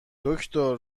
دکتر